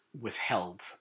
withheld